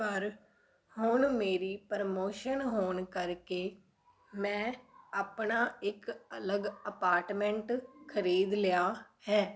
ਪਰ ਹੁਣ ਮੇਰੀ ਪ੍ਰਮੋਸ਼ਨ ਹੋਣ ਕਰਕੇ ਮੈਂ ਆਪਣਾ ਇੱਕ ਅਲਗ ਅਪਾਰਟਮੈਂਟ ਖਰੀਦ ਲਿਆ ਹੈ